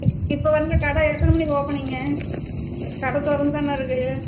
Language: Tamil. இப்போ வந்து கடை எத்தனை மணிக்கு ஓப்பனிங்கு கடை திறந்துதான இருக்குது